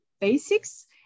basics